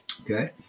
Okay